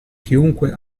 chiunque